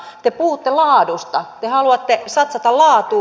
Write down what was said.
te puhutte laadusta te haluatte satsata laatuun